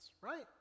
right